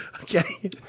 Okay